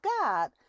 God